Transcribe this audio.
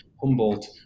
Humboldt